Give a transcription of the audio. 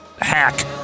hack